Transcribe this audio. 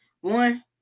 One